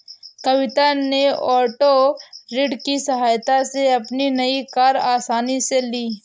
कविता ने ओटो ऋण की सहायता से अपनी नई कार आसानी से ली